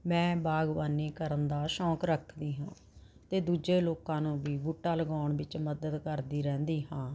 ਮੈਂ ਬਾਗਬਾਨੀ ਕਰਨ ਦਾ ਸ਼ੌਂਕ ਰੱਖਦੀ ਹਾਂ ਅਤੇ ਦੂਜੇ ਲੋਕਾਂ ਨੂੰ ਵੀ ਬੂਟਾ ਲਗਾਉਣ ਵਿੱਚ ਮਦਦ ਕਰਦੀ ਰਹਿੰਦੀ ਹਾਂ